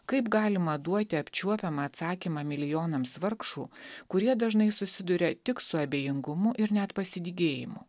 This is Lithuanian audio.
kaip galima duoti apčiuopiamą atsakymą milijonams vargšų kurie dažnai susiduria tik su abejingumu ir net pasidygėjimu